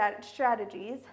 strategies